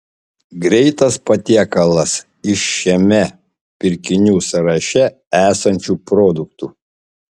greitas patiekalas iš šiame pirkinių sąraše esančių produktų